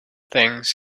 things